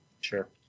Sure